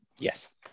Yes